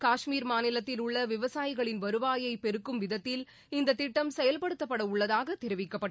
காஷ்மீர் மாநிலத்தில் உள்ள விவசாயிகளின் வருவாயை பெருக்கும் விதத்தில் இந்தத் திட்டம் செயல்படுத்தப்பட உள்ளதாக தெரிவிக்கப்பட்டுள்ளது